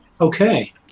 Okay